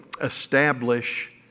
establish